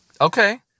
Okay